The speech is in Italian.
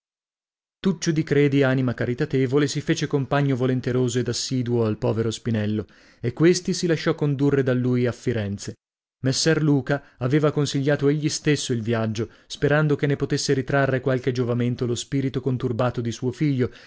tuccio di credi anima caritatevole si fece compagno volenteroso ed assiduo al povero spinello e questi si lasciò condurre da lui a firenze messer luca aveva consigliato egli stesso il viaggio sperando che ne potesse ritrarre qualche giovamento lo spirito conturbato di suo figlio